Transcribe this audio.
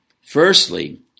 Firstly